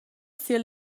sia